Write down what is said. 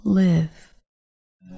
live